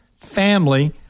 family